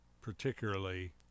particularly